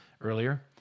earlier